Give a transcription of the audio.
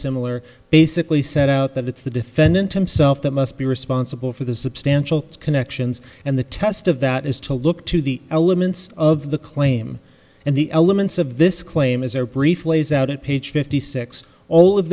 similar basically set out that it's the defendant himself that must be responsible for the substantial connections and the test of that is to look to the elements of the claim and the elements of this claim as their brief lays out in page fifty six all of